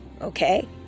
Okay